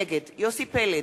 נגד יוסי פלד,